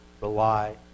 rely